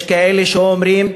יש כאלה שאומרים: